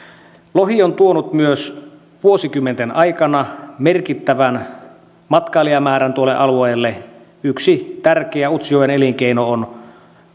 lohi on tuonut vuosikymmenten aikana myös merkittävän matkailijamäärän tuolle alueelle yksi tärkeä utsjoen elinkeino on